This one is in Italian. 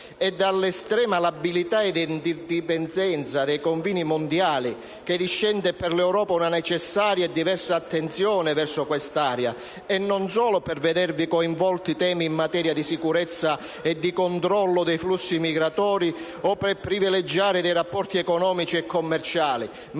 È dall'estrema labilità ed interdipendenza dei confini mondiali che discende per l'Europa una necessaria e diversa attenzione verso quest'area, e non solo per vedervi coinvolti temi in materia di sicurezza e di controllo dei flussi migratori o per privilegiare dei rapporti economici e commerciali,